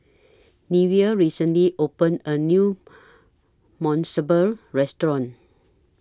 Neveah recently opened A New Monsunabe Restaurant